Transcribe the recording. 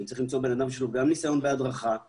שלום, אני עו"ד רן סלבצקי מהלשכה המשפטית במשרד.